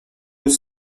deux